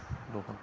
दखान